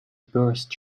burst